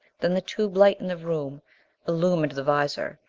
then the tube light in the room illumined the visor.